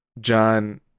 John